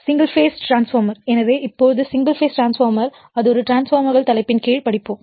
single phase transformer எனவே இப்போது single phase transformer அது ஒரு டிரான்ஸ்பார்மர்கள் தலைப்பின் கீழ் படிப்போம்